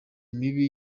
mibi